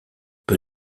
peu